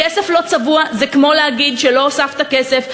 כסף לא צבוע זה כמו להגיד שלא הוספת כסף.